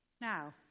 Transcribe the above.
now